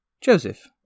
Joseph